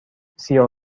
سیاه